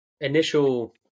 initial